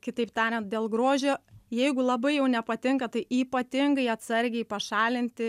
kitaip tarian dėl grožio jeigu labai jau nepatinka tai ypatingai atsargiai pašalinti